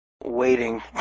waiting